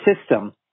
system